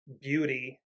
beauty